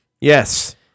Yes